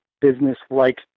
business-like